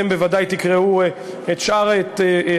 אתם בוודאי תקראו את שאר